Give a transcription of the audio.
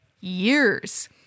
years